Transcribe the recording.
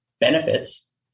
benefits